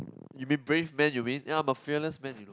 you'll be brave man you mean ya I'm a fearless man you know